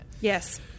yes